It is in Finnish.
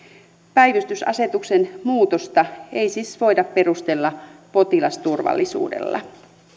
päivystysasetuksen muutosta ei siis voida perustella potilasturvallisuudella